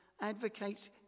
advocates